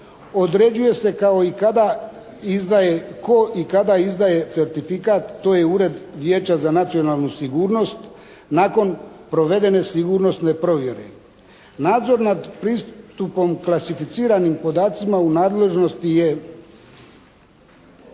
određuje tko i kada izdaje certifikat, to je Ured vijeća za nacionalnu sigurnost nakon provedene sigurnosne provjere. Nadzor nad pristupom klasificiranim podacima u nadležnosti je